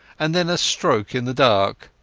and then a stroke in the dark.